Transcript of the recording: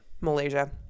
Malaysia